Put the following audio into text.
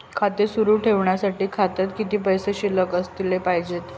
खाते सुरु ठेवण्यासाठी खात्यात किती पैसे शिल्लक असले पाहिजे?